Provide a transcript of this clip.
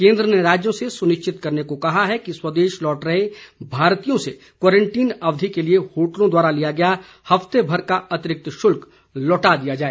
केन्द्र ने राज्यों से सुनिश्चित करने को कहा है कि स्वदेश लौट रहे भारतीयों से क्वारंटीन अवधि के लिए होटलों द्वारा लिया गया हफ्ते भर का अतिरिक्त शुल्क लौटा दिया जाए